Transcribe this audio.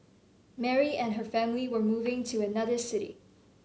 Mary and her family were moving to another city